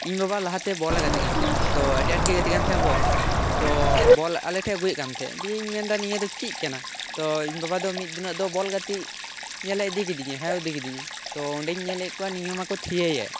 ᱤᱧ ᱵᱟᱵᱟ ᱞᱟᱦᱟᱛᱮ ᱵᱚᱞᱮ ᱜᱟᱛᱮᱜ ᱠᱟᱱ ᱛᱟᱦᱮᱸᱫᱼᱟ ᱛᱚ ᱟᱹᱰᱤ ᱟᱸᱴ ᱜᱮ ᱜᱟᱛᱮᱜ ᱠᱟᱱ ᱛᱟᱦᱮᱸᱫ ᱟ ᱵᱚᱞ ᱛᱚ ᱵᱚᱞ ᱟᱞᱮ ᱴᱷᱮᱱᱼᱮ ᱟᱜᱩᱭᱮᱫ ᱠᱟᱱ ᱛᱟᱦᱮᱸᱫᱼᱮ ᱫᱤᱭᱮᱧ ᱢᱮᱱ ᱮᱫᱟ ᱱᱤᱭᱟᱹ ᱫᱚ ᱪᱮᱫ ᱠᱟᱱᱟ ᱛᱚ ᱤᱧ ᱵᱟᱵᱟ ᱫᱚ ᱢᱤᱫ ᱫᱤᱱᱚᱜ ᱵᱚᱞ ᱜᱟᱛᱮᱜ ᱧᱮᱞᱮ ᱤᱫᱤ ᱠᱤᱫᱤᱧᱟ ᱦᱮᱸᱢ ᱤᱫᱤ ᱠᱤᱫᱤᱧᱟᱭ ᱛᱚ ᱚᱸᱰᱮᱧ ᱧᱮᱞᱮᱫ ᱠᱚᱣᱟ ᱱᱤᱭᱟᱹ ᱢᱟᱠᱚ ᱛᱷᱤᱭᱟᱹᱭᱮᱫ